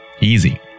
Easy